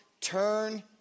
Turn